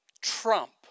Trump